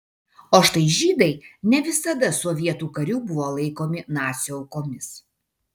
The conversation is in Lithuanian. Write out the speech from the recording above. o štai žydai ne visada sovietų karių buvo laikomi nacių aukomis